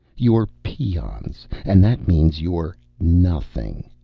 you're peons, and that means you're nothing.